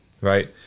right